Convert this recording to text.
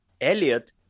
Elliot